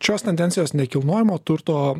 šios tendencijos nekilnojamo turto